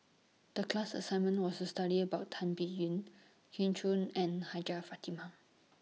The class assignment was study about Tan Biyun Kin Chun and Hajjah Fatimah